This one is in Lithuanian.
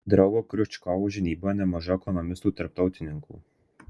draugo kriučkovo žinyboje nemažai ekonomistų tarptautininkų